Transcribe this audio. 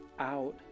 out